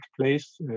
place